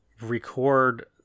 record